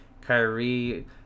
Kyrie